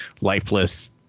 lifeless